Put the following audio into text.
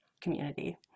community